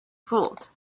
fooled